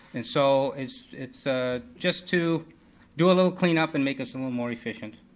and so it's it's ah just to do a little cleanup and make us a little more efficient.